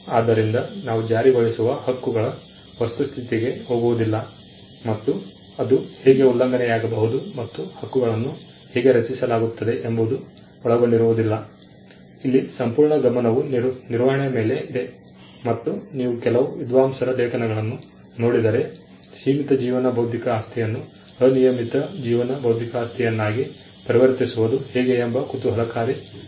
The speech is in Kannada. ಆದ್ದರಿಂದ ನಾವು ಜಾರಿಗೊಳಿಸುವ ಹಕ್ಕುಗಳ ವಸ್ತು ಸ್ಥಿತಿಗೆ ಹೋಗುವುದಿಲ್ಲ ಮತ್ತು ಅದು ಹೇಗೆ ಉಲ್ಲಂಘನೆಯಾಗಬಹುದು ಮತ್ತು ಹಕ್ಕುಗಳನ್ನು ಹೇಗೆ ರಚಿಸಲಾಗುತ್ತದೆ ಎಂಬುವುದು ಒಳಗೊಂಡಿರುವುದಿಲ್ಲ ಇಲ್ಲಿ ಸಂಪೂರ್ಣ ಗಮನವು ನಿರ್ವಹಣೆಯ ಮೇಲೆ ಇದೆ ಮತ್ತು ನೀವು ಕೆಲವು ವಿದ್ವಾಂಸರ ಲೇಖನಗಳನ್ನು ನೋಡಿದರೆ ಸೀಮಿತ ಜೀವನ ಬೌದ್ಧಿಕ ಆಸ್ತಿಯನ್ನು ಅನಿಯಮಿತ ಜೀವನ ಬೌದ್ಧಿಕ ಆಸ್ತಿಯನ್ನಾಗಿ ಪರಿವರ್ತಿಸುವುದು ಹೇಗೆ ಎಂಬ ಕುತೂಹಲಕಾರಿ ವಿಶ್ಲೇಷಣೆ ಇದೆ